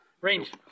Range